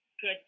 good